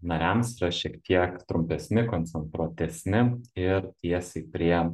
nariams yra šiek tiek trumpesni koncentruotesni ir tiesiai prie